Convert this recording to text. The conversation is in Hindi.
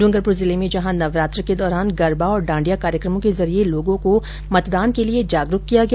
डूंगरपुर जिले में जहां नवरात्र के दौरान गरबा और डांडिया कार्यक्रमों के जरिये लोगों को मतदान के प्रति जागरुक किया गया